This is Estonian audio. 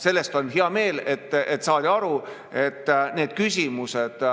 Selle üle on hea meel, et saadi aru, et need küsimused